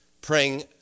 praying